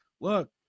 Look